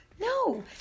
No